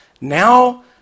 Now